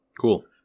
Cool